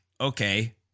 okay